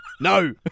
No